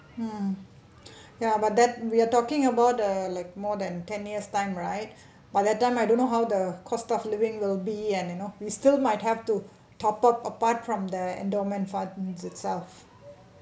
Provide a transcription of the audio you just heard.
mm ya but that we are talking about uh like more than ten years time right but that time I don't know how the cost of living will be and you know we still might have to top up apart from their endowment fund itself